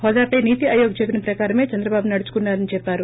హోదాపై నీతి అర్మోగ్ చెప్పిన ప్రకారమే చంద్రబాబు నడుచుకున్నారని చెప్పారు